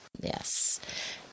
Yes